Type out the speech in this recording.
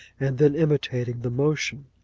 and then imitating the motion.